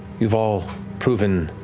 you've all proven